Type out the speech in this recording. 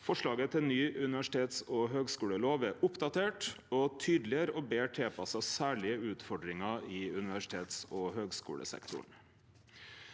Forslaget til ny universitets- og høgskulelov er oppdatert, tydelegare og betre tilpassa særlege utfordringar i universitetsog høgskulesektoren.